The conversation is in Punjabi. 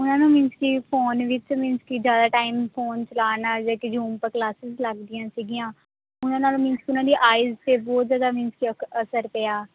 ਉਹਨਾਂ ਨੂੰ ਮੀਨਜ਼ ਕਿ ਫੋਨ ਵਿੱਚ ਮੀਨਜ਼ ਕਿ ਜ਼ਿਆਦਾ ਟਾਈਮ ਫੋਨ ਚਲਾਉਣਾ ਜਾਂ ਕਿ ਜੂਮ ਪਰ ਕਲਾਸਸ ਲੱਗਦੀਆਂ ਸੀਗੀਆਂ ਉਹਨਾਂ ਨਾਲ ਮੀਨਸ ਕਿ ਉਹਨਾਂ ਦੀ ਆਈਜ਼ 'ਤੇ ਬਹੁਤ ਜ਼ਿਆਦਾ ਮੀਨਜ਼ ਕਿ ਅਕ ਅਸਰ ਪਿਆ